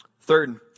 Third